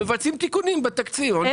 מבצעים תיקונים בתקציב או מביאים אותו לפה.